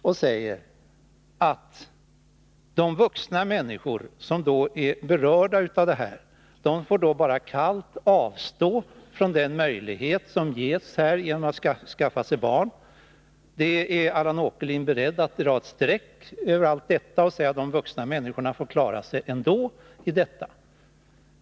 Han säger att de vuxna människor som är berörda av detta får bara kallt avstå från den möjlighet att skaffa barn som ges här. Han är beredd att dra ett streck över allt detta och säger att dessa människor får klara sig ändå.